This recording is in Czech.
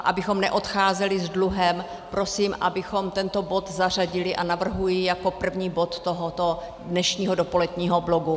Abychom neodcházeli s dluhem, prosím, abychom tento bod zařadili, a navrhuji jako první bod tohoto dnešního dopoledního bloku.